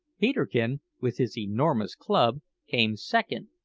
peterkin, with his enormous club, came second,